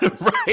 Right